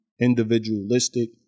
individualistic